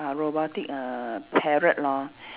uh robotic err parrot lor